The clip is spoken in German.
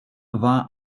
war